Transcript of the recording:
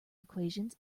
equations